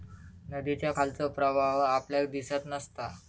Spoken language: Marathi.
नदीच्या खालचो प्रवाह आपल्याक दिसत नसता